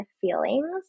feelings